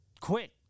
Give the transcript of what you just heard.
quit